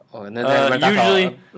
Usually